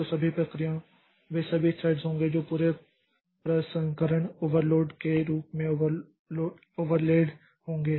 तो सभी प्रक्रियाओं वे सभी थ्रेड्स होंगे जो पूरे प्रसंस्करण ओवरलैड के रूप में ओवरलेड होंगे